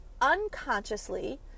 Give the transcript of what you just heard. unconsciously